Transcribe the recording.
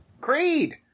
Creed